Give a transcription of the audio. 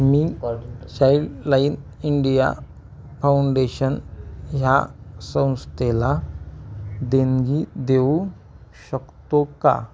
मी Childline India Foundation ह्या संस्थेला देणगी देऊ शकतो का